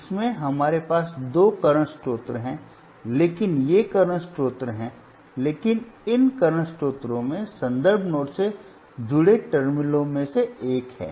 इसमें हमारे पास दो करंट स्रोत हैं लेकिन ये करंट स्रोत हैं लेकिन इन करंट स्रोतों में संदर्भ नोड से जुड़े टर्मिनलों में से एक है